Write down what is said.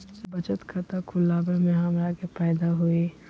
बचत खाता खुला वे में हमरा का फायदा हुई?